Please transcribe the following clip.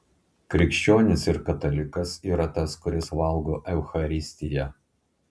krikščionis ir katalikas yra tas kuris valgo eucharistiją